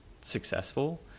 successful